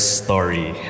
story